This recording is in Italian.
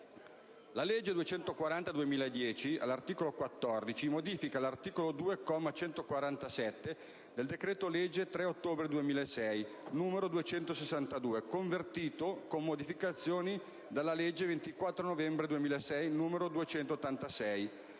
La legge n. 240 del 2010, all'articolo 14, modifica l'articolo 2, comma 147, del decreto-legge 3 ottobre 2006, n. 262, convertito, con modificazioni, dalla legge 24 novembre 2006, n. 286,